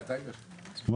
אני